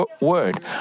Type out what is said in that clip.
word